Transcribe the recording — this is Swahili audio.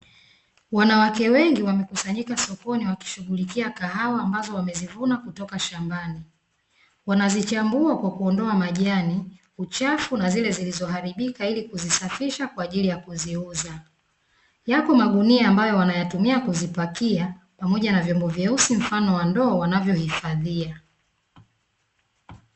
Wanawake wengi wamekusanyika sokoni, wakishughulikia kahawa, ambazo wamezivuna kutoka shambani. Wanazichambua kwa kuondoa majani, uchafu na zile zilizoharibika ili kuzisafisha kwa ajili ya kuziuza. Yako magunia ambayo wanayatumia kuzipakia, pamoja na vyombo vyeusi mfano wa ndoo wanavyohifadhia.